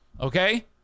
Okay